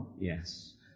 yes